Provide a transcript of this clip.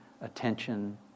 attention